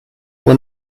when